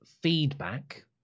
feedback